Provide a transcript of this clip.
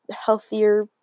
healthier